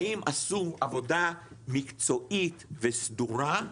האם עשו עבודה מקצועית וסדורה,